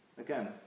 Again